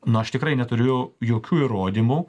na aš tikrai neturiu jokių įrodymų